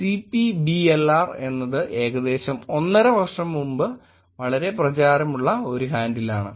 അതിനാൽ CPBLR എന്നത് ഏകദേശം ഒന്നര വർഷം മുമ്പ് വളരെ പ്രചാരമുള്ള ഒരു ഹാൻഡിൽ ആണ്